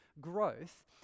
growth